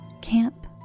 Camp